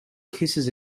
kisses